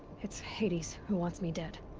it's hades who wants me dead.